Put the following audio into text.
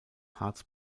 harz